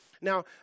Now